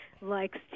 likes